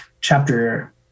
chapter